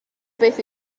beth